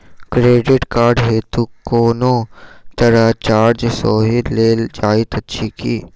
Credit card हेतु कोनो तरहक चार्ज सेहो लेल जाइत अछि की?